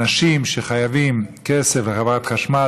אנשים שחייבים כסף לחברת חשמל,